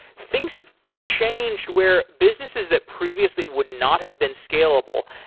things have changed where businesses that previously would not have been scalable,